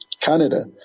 Canada